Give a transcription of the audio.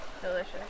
Delicious